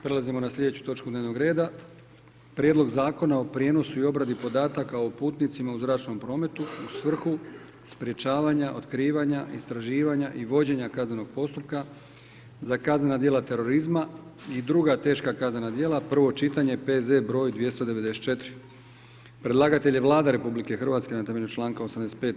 Prelazimo na slijedeću točku dnevnog reda: - Prijedlog Zakona o prijenosu i obradi podataka o putnicima u zračnom prometu u svrhu sprječavanja, otkrivanja, istraživanja i vođenja kaznenog postupka za kaznena djela terorizma i druga teška kaznena djela, prvo čitanje, P.Z.E. br. 294 Predlagatelj je Vlada RH na temelju članka 85.